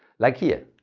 like here,